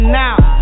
now